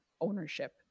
ownership